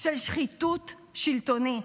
של שחיתות שלטונית.